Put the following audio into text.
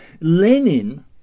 Lenin